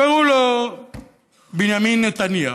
קראו לו בנימין נתניהו,